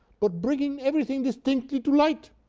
but bringing everything distinctly to light.